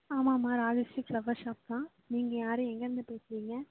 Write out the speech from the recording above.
ஆமாம்மா Rajashree flower shop தான் நீங்கள் யார் எங்கேயிர்ந்து பேசுறீங்க